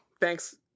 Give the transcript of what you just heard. Thanks